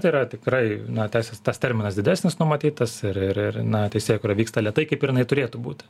tai yra tikrai tęsis tas terminas didesnis numatytas ir ir ir na teisėkūra vyksta lėtai kaip ir jinai turėtų būti